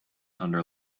under